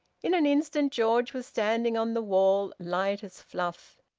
in an instant george was standing on the wall, light as fluff.